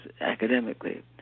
academically